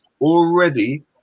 already